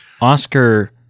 Oscar